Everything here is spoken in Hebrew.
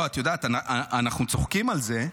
לא, את יודעת, אנחנו צוחקים על זה,